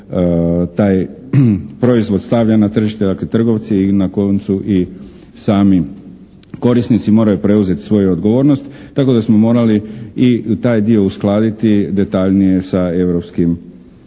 taj proizvod stavlja na tržište, dakle trgovci i na koncu i sami korisnici, moraju preuzeti svoju odgovornost, tako da smo morali i taj dio uskladiti detaljnije sa europskim